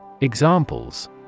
Examples